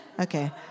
Okay